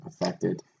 affected